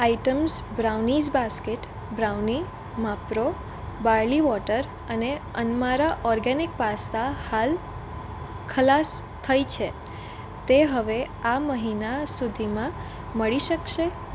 items brownies basket brownie Mapro barley water અને અનમારા organic pasta હાલ ખલાસ થઇ છે તે હવે આ મહિના સુધીમાં મળી શકશે